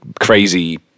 crazy